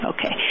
Okay